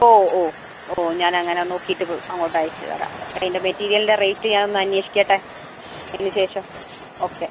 ഓ ഓ ഓ ഞാനങ്ങനെ നോക്കിയിട്ട് അങ്ങോട്ട് അയച്ചുതരാം അതിന്റെ മെറ്റീരിയലിൻ്റെ റേറ്റ് ഞാൻ ഒന്ന് അന്വേഷിക്കട്ടെ അതിന് ശേഷം ഓക്കെ